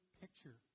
picture